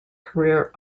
career